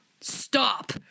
stop